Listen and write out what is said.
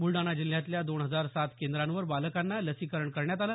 ब्लडाणा जिल्ह्यातल्या दोन हजार सात केंद्रांवर बालकांना लसीकरण करण्यात आलं